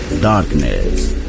Darkness